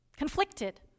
conflicted